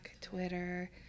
Twitter